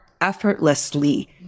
effortlessly